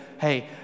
hey